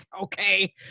Okay